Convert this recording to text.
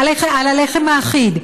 על הלחם האחיד,